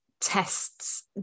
tests